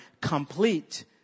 complete